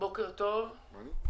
בוקר טוב לכולם.